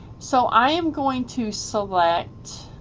so i am going to select